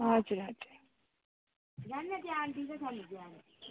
हजुर हजुर